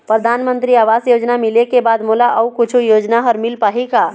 परधानमंतरी आवास योजना मिले के बाद मोला अऊ कुछू योजना हर मिल पाही का?